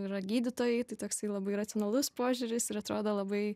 yra gydytojai tai toksai labai racionalus požiūris ir atrodo labai